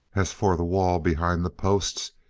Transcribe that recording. as for the wall behind the posts,